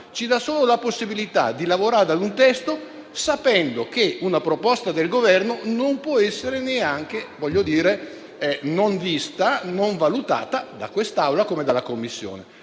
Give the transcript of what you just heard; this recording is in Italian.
ci dà solo la possibilità di lavorare a un testo sapendo che una proposta del Governo non può non essere neanche vista e valutata da questa Assemblea come dalla Commissione.